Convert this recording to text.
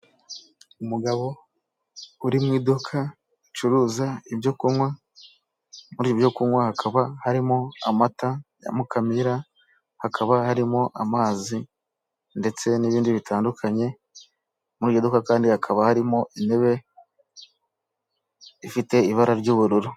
Umugabo uri mu iduka ricuruza ibyo kunywa, muri ibi byo kunywa hakaba harimo amata ya Mukamira, hakaba harimo amazi ndetse n'ibindi bitandukanye, muri iryo duka kandi hakaba harimo intebe ifite ibara ry'ubururu.